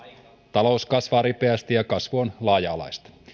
talous kasvaa ripeästi ja kasvu on laaja alaista